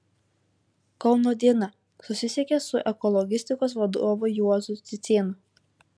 kauno diena susisiekė su ekologistikos vadovu juozu cicėnu